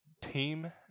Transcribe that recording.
Team